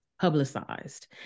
publicized